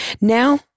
now